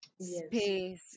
space